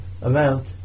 amount